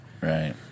Right